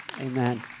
Amen